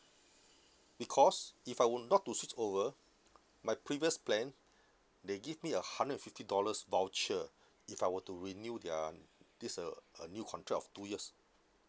because if I were not to switch over my previous plan they give me a hundred and fifty dollars voucher if I were to renew their this uh a new contract of two years